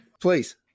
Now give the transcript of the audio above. Please